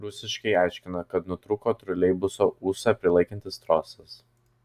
rusiškai aiškina kad nutrūko troleibuso ūsą prilaikantis trosas